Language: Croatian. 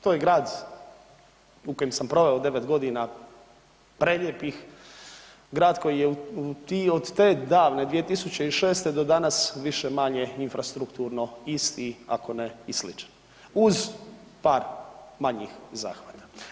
To je grad u kojem sam proveo devet godina prelijepih, grad koji je od te davne 2006. do danas više-manje infrastrukturno isti ako ne i sličan uz par manjih zahvata.